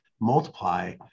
multiply